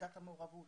מידת המעורבות,